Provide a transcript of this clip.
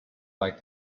like